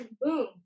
boom